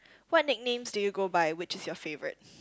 what nicknames do you go by which is your favourite